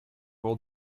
old